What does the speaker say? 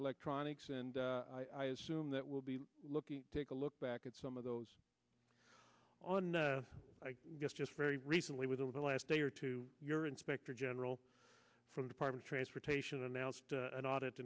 electronics and i assume that we'll be looking take a look back at some of those on i guess just very recently within the last day or two your inspector general from department transportation announced an audit